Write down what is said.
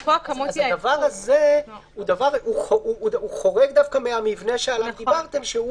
הדבר הזה חורג דווקא מן המבנה שעליו דיברתם.